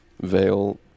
veil